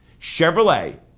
Chevrolet